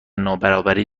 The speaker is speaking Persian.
نابرابری